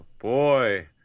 boy